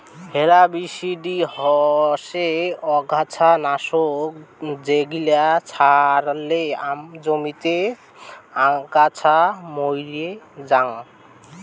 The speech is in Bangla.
হেরবিসিডি হসে অগাছা নাশক যেগিলা ছড়ালে জমিতে আগাছা মইরে জাং